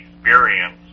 experience